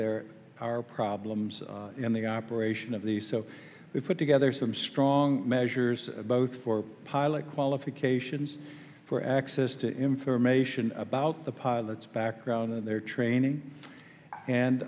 there are problems in the operation of the so we put together some strong measures both for pilot qualifications for access to information about the pilot's background and their training and